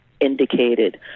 indicated